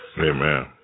Amen